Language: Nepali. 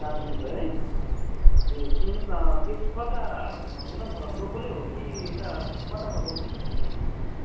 चार सय रुपियाँ है ए सुन्नुहोस् न यो कता मतलब लोकलै हो कि यता कताबाट हो हजुर